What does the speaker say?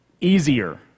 easier